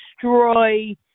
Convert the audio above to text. destroy